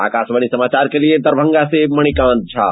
आकाशवाणी समाचार के लिए दरभंगा से मणिकांत झा